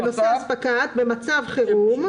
"במצב חירום,